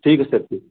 ठीक है सर ठीक